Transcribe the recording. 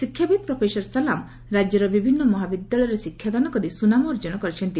ଶିକ୍ଷାବିତ୍ ପ୍ରଫେସର ସଲାମ୍ ରାକ୍ୟର ବିଭିନ୍ନ ମହାବିଦ୍ୟାଳୟରେ ଶିକ୍ଷାଦାନ କରି ସୁନାମ ଅର୍କନ କରିଛନ୍ତି